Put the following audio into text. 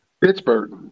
Pittsburgh